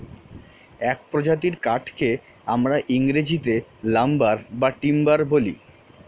এক প্রজাতির কাঠকে আমরা ইংরেজিতে লাম্বার বা টিম্বার বলি